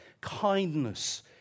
kindness